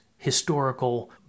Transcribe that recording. historical